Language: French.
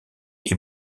est